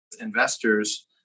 investors